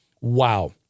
Wow